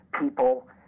people